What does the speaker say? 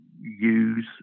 use